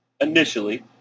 Initially